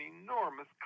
enormous